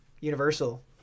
Universal